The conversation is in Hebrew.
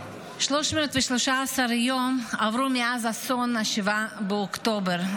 313 יום עברו מאז אסון 7 באוקטובר.